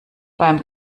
beim